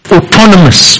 Autonomous